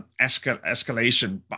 escalation